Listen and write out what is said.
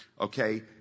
Okay